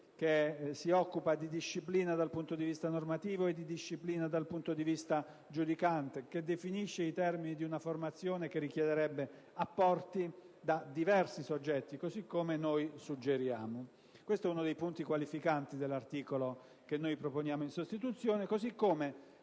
si occupa di disciplina dal punto di vista normativo e giudicante, e definisce i termini di una formazione che richiederebbe apporti da diversi soggetti, così come noi suggeriamo. Questo è uno dei punti qualificanti dell'articolo che proponiamo in sostituzione di